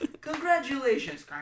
Congratulations